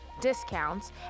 discounts